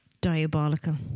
Diabolical